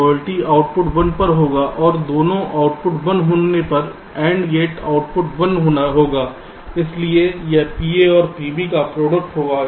probability output 1 पर होगा और दोनों आउटपुट 1 होने पर AND गेट आउटपुट 1 होगा इसलिए यह PA और PB का प्रोडक्ट होगा